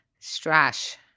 strash